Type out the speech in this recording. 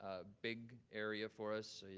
ah big area for us.